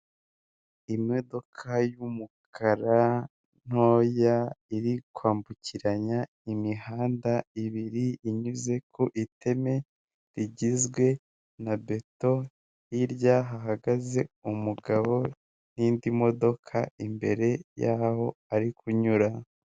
Imodoka y’umukara ntoya iri kwambukiranya imihanda ibiri, inyuze ku iteme rigizwe na beto. Hirya hahagaze umugabo n'indi modoka imbere y'aho ari kunyura.